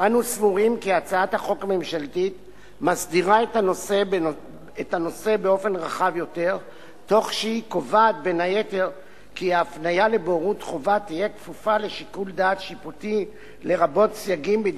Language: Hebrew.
הצעת החוק הממשלתית נקבע כי נשיא בית-משפט השלום וסגנו יוסמכו